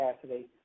capacity